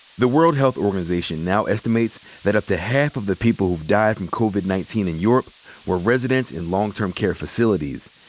the world health organization now estimates that up to half of the people who've died from covid nineteen in europe were residents in long term care facilities,